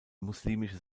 muslimische